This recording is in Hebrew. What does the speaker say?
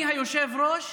ועדה מיוחדת.